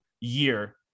year